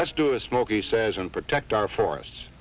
let's do a smokey says and protect our forest